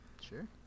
Sure